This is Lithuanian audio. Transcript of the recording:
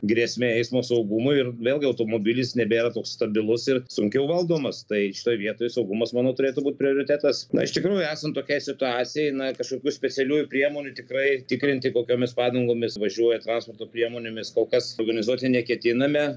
grėsmė eismo saugumui ir vėlgi automobilis nebėra toks stabilus ir sunkiau valdomas tai šitoj vietoj saugumas manau turėtų būt prioritetas na iš tikrųjų esant tokiai situacijai na kažkokių specialiųjų priemonių tikrai tikrinti kokiomis padangomis važiuoja transporto priemonėmis kol kas organizuoti neketiname